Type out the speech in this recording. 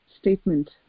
statement